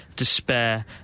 Despair